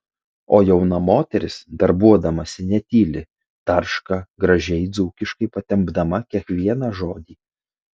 o jauna moteris darbuodamasi netyli tarška gražiai dzūkiškai patempdama kiekvieną žodį